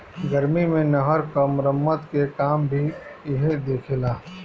गर्मी मे नहर क मरम्मत के काम भी इहे देखेला